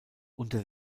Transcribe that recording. unter